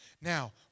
Now